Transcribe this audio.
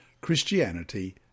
Christianity